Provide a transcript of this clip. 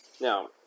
Now